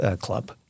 club